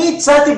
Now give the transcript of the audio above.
אני הצעתי,